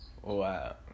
Wow